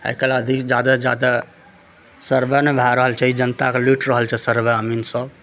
आइ काल्हि आदमी जादासँ जादा सर्वे नहि भऽ रहल छै ई जनताके लूटि रहल छै सर्वेमे सब